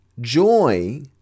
joy